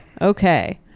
Okay